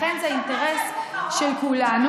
לכן זה האינטרס של כולנו.